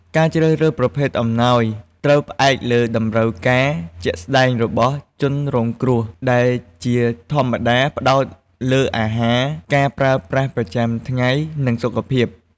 ការជ្រើសរើសប្រភេទអំណោយត្រូវផ្អែកលើតម្រូវការជាក់ស្តែងរបស់ជនរងគ្រោះ ដែលជាធម្មតាផ្តោតលើអាហារ ការប្រើប្រាស់ប្រចាំថ្ងៃ និងសុខភាព។